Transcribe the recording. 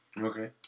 Okay